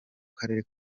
karere